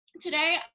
today